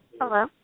Hello